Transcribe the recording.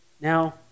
Now